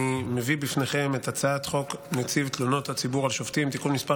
אני מביא בפניכם את הצעת חוק נציב תלונות הציבור על שופטים (תיקון מס'